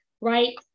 right